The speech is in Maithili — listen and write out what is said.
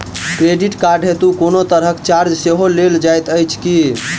क्रेडिट कार्ड हेतु कोनो तरहक चार्ज सेहो लेल जाइत अछि की?